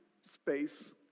space